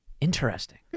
Interesting